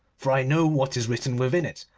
for i know what is written within it,